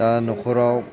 दा न'खराव